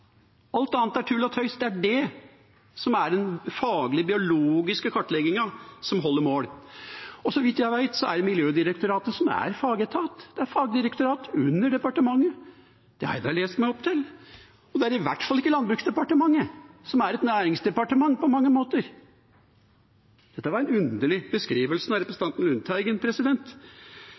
alt annet er tull og tøys – det er den faglige biologiske kartleggingen som holder mål. Så vidt jeg vet, er det Miljødirektoratet som er fagetat, og det er et fagdirektorat under departementet – det har jeg da lest meg opp til. Det er i hvert fall ikke Landbruksdepartementet, som på mange måter er et næringsdepartement. Dette var en underlig beskrivelse av representanten Lundteigen.